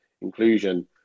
inclusion